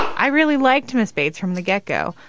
i really like thomas bates from the get go.